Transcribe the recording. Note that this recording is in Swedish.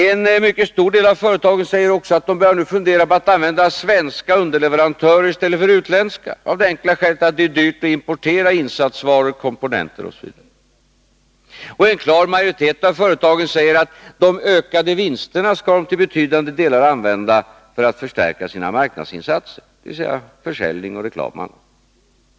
En mycket stor del av företagen säger också att de nu börjar fundera på att använda svenska underleverantörer i stället för utländska av det enkla skälet att det är dyrt att importera insatsvaror, komponenter osv. En klar majoritet av företagen säger att de till en betydande del skall använda de ökade vinsterna för att förstärka sina marknadsinsatser: försäljning, reklam och annat.